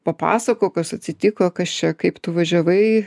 papasakok kas atsitiko kas čia kaip tu važiavai